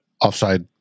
Offside